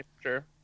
sure